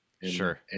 Sure